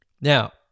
Now